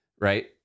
right